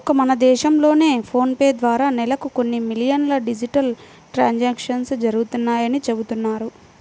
ఒక్క మన దేశంలోనే ఫోన్ పే ద్వారా నెలకు కొన్ని మిలియన్ల డిజిటల్ ట్రాన్సాక్షన్స్ జరుగుతున్నాయని చెబుతున్నారు